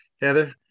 Heather